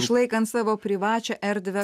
išlaikant savo privačią erdvę